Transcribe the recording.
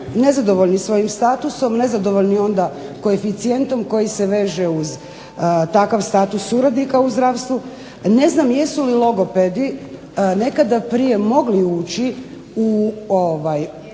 nezadovoljni sa svojim statusom nezadovoljni koeficijentom koji se veže uz takav status suradnika u zdravstvu. Ne znam jesu li logopedi nekada prije mogli ući u sustav